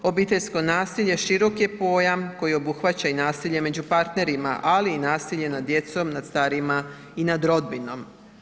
Obiteljsko nasilje širok je pojam koji obuhvaća i nasilje među partnerima, ali i nasilje nad djecom, nad starijima i nad rodbinom.